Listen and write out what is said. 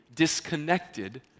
disconnected